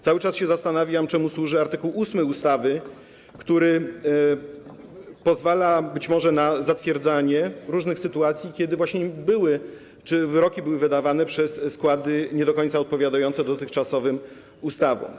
Cały czas się zastanawiam, czemu służy art. 8 ustawy, który pozwala być może na zatwierdzanie różnych sytuacji, kiedy właśnie wyroki były wydawane przez składy nie do końca odpowiadające dotychczasowym ustawom.